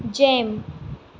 jam